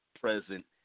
present